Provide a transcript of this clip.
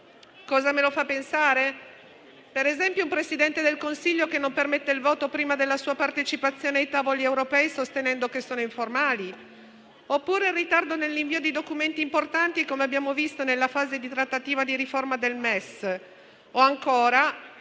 Cosa me lo fa pensare? Per esempio un Presidente del Consiglio che non permette il voto prima della sua partecipazione ai tavoli europei, sostenendo che sono informali, oppure il ritardo nell'invio di documenti importanti come abbiamo visto nella fase di trattativa di riforma del MES,